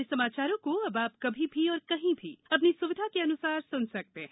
हमारे समाचारों को अब आप कभी भी और कहीं भी अपनी सुविधा के अनुसार सुन सकते हैं